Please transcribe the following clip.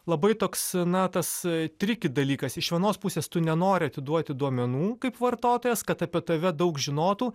labai toks na tas trikit dalykas iš vienos pusės tu nenori atiduoti duomenų kaip vartotojas kad apie tave daug žinotų